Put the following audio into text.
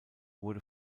wurde